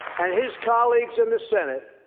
and his colleagues in the senate,